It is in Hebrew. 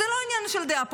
זה לא עניין של דעה פוליטית,